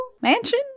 Mansion